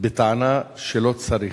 בטענה שלא צריך,